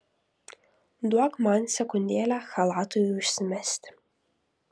duok man sekundėlę chalatui užsimesti